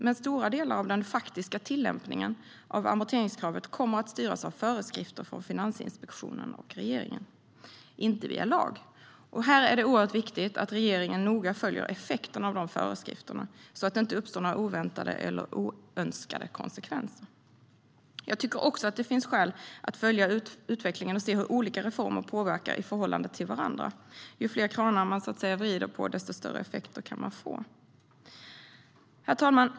Men stora delar av den faktiska tillämpningen av amorteringskravet kommer att styras av föreskrifter från Finansinspektionen och regeringen, inte via lag. Det är oerhört viktigt att regeringen noga följer effekterna av föreskrifterna så att det inte uppstår några oväntade eller oönskade effekter. Jag tycker också att det finns skäl att följa utvecklingen och se hur olika reformer påverkar i förhållande till varandra. Ju fler kranar man vrider på, desto större effekt kan man få. Herr talman!